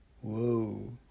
Whoa